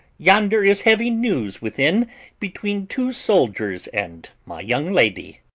yonder is heavy news within between two soldiers and my young lady.